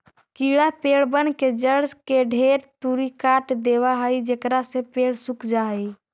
कीड़ा पेड़बन के जड़ के ढेर तुरी काट देबा हई जेकरा से पेड़ सूख जा हई